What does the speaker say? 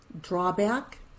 drawback